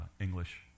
English